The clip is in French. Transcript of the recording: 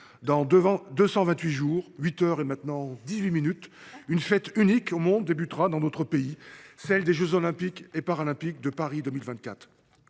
dans 228 jours, 8 heures et 18 minutes, une fête unique au monde débutera dans notre pays, celle des jeux Olympiques et Paralympiques de Paris 2024.